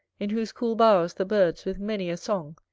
in whose cool bowers the birds with many a song,